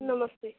नमस्ते